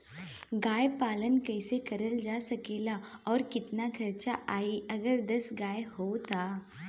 गाय पालन कइसे करल जा सकेला और कितना खर्च आई अगर दस गाय हो त?